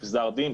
גזר דין,